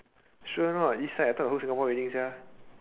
sure or not east side I thought whole Singapore raining sia